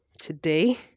today